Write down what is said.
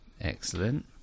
Excellent